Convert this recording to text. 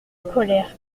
colère